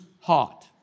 heart